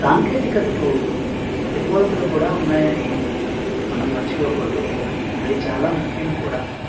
సాంకేతికతకు ప్రతికూలతలు కూడా ఉన్నాయి అని మనం మర్చిపోకూడదు అది చాలా ముఖ్యం కూడా